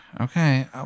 Okay